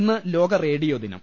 ഇന്ന് ലോക റേഡിയോ ദിനം